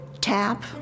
tap